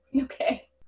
Okay